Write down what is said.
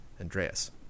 Andreas